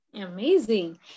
amazing